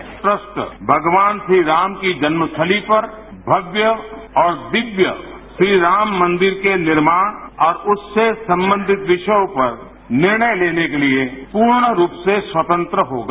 ये ट्रस्ट भगवान श्रीराम की जन्मस्थली पर भव्य और दिव्य श्री राममंदिर के निर्माण और उससे संबंधित विषयों पर निर्णय लेने के लिए पूर्ण रूप से स्वतंत्र होगा